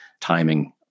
Timing